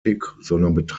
betreibt